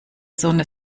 sonne